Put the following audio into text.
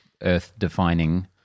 Earth-defining